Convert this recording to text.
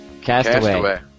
Castaway